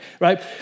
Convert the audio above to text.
right